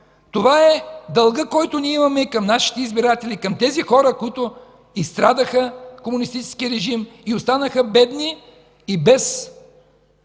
Това е дългът, който имаме към нашите избиратели, към хората, които изстрадаха комунистическия режим и останаха бедни и без